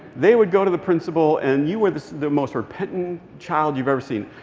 they would go to the principal, and you were the the most repentant child you've ever seen.